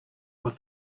what